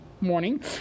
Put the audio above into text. morning